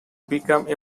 become